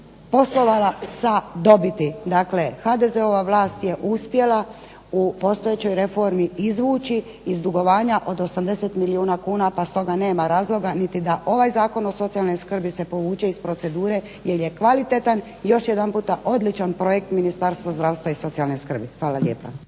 poslovala sa dobiti. Dakle, HDZ-ova vlast je uspjela u postojećoj reformi izvući iz dugovanja od 80 milijuna kuna pa stoga nema razloga niti da ovaj Zakon o socijalnoj skrbi se povuče iz procedure jer je kvalitetan. Još jedanputa odličan projekt Ministarstva zdravstva i socijalne skrbi. Hvala lijepa.